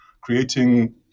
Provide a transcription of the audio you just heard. creating